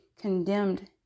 condemned